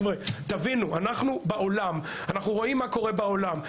אנחנו רואים מה רואה בעולם.